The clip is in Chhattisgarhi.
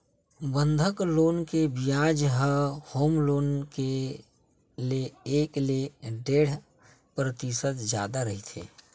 बंधक लोन के बियाज ह होम लोन ले एक ले डेढ़ परतिसत जादा रहिथे